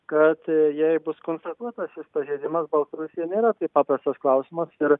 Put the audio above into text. kad aaa jei bus konstatuotas šis pažeidimas baltarusijai nėra tai paprastas klausimas ir